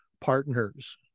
partners